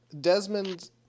Desmond